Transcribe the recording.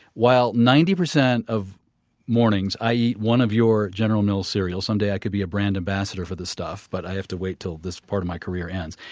while ninety percent of mornings i eat one of your general mills cereals some day i could be a brand ambassador for this stuff but i have to wait till this part of my career ends